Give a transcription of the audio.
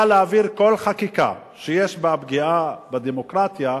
להעביר כל חקיקה שיש בה פגיעה בדמוקרטיה,